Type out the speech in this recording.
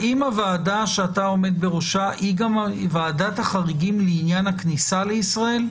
האם הוועדה שאתה עומד בראשה היא גם ועדת החריגים לעניין הכניסה לישראל,